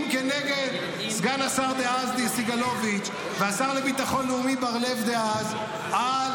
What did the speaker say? כנגד סגן השר דאז סגלוביץ' והשר לביטחון לאומי דאז בר לב,